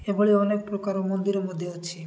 ଏଭଳି ଅନେକ ପ୍ରକାର ମନ୍ଦିର ମଧ୍ୟ ଅଛି